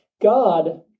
God